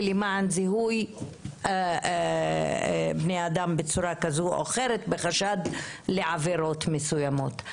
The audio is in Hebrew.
למען זיהוי בני-אדם בצורה כזו או אחרת בחשד לעבירות מסוימות.